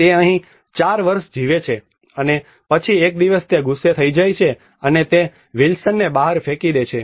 તે અહીં 4 વર્ષ જીવે છે અને પછી એક દિવસ તે ગુસ્સે થઈ જાય છે અને તે વિલ્સનને બહાર ફેંકી દે છે